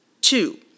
two